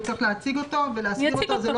הוא צריך להציג אותו ולהסביר אותו.